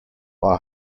are